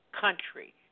country